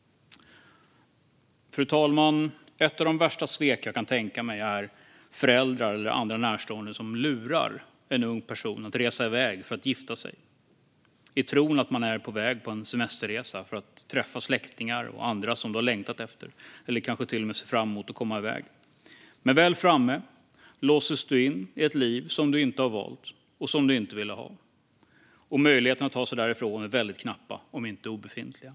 Fru talman! Ett av de värsta svek jag kan tänka mig är föräldrar eller andra närstående som lurar en ung person att resa iväg för att gifta sig. Du tror att du är på väg på en semesterresa för att träffa släktingar och andra som du längtat efter. Kanske du till och med ser fram emot att komma iväg. Men väl framme låses du in i ett liv som du inte har valt och som du inte ville ha. Möjligheterna att ta sig därifrån är väldigt knappa, om inte obefintliga.